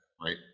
right